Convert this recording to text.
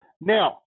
Now